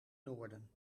noorden